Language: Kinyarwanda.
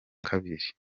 kabiri